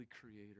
creator